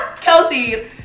Kelsey